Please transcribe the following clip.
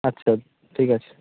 আচ্ছা ঠিক আছে